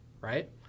right